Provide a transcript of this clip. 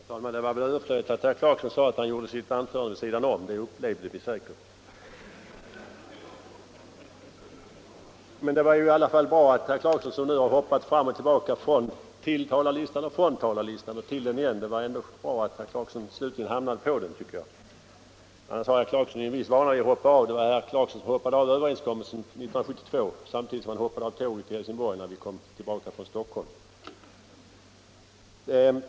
Herr talman! Det var väl överflödigt att herr Clarkson sade att han höll sitt anförande vid sidan om — det upplevde vi säkert. Det var i alla fall bra att herr Clarkson, som har hoppat till talarlistan, från talarlistan och till den igen, slutligen hamnade på den. Annars har ju herr Clarkson en viss vana att hoppa av. Det var herr Clarkson som hoppade av överenskommelsen 1972 samtidigt som han hoppade av tåget i Helsingborg när vi kom tillbaka från Stockholm.